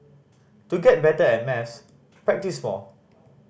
to get better at maths practise more